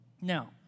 Now